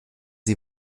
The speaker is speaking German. sie